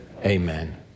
Amen